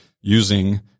using